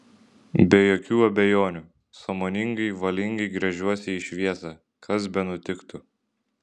be jokių abejonių sąmoningai valingai gręžiuosi į šviesą kas benutiktų